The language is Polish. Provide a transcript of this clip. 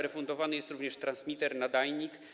Refundowany jest również transmiter, nadajnik.